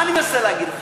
מה אני מנסה להגיד לך?